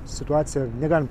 situaciją negalim